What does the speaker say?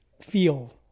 feel